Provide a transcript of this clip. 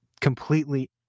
completely